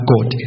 God